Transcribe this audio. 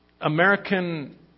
American